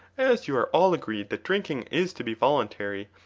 as you are all agreed that drinking is to be voluntary,